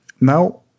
now